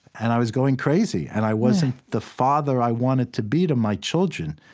and i was going crazy, and i wasn't the father i wanted to be to my children.